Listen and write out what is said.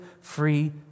free